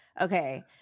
okay